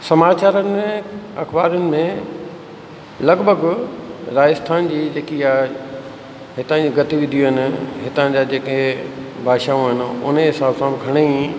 समाचारनि अखबारनि में लॻिभॻि राजस्थान जी जेकी आहे हितां जी गतिविधियूं आहिनि हितां जा जेके भाषाऊं आहिनि उनें हिसाब सां घणई